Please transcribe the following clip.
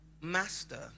Master